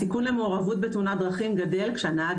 הסיכון למעורבות בתאונת דרכים גדל כשהנהג